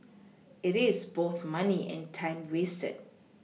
it is both money and time wasted